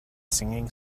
singing